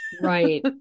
right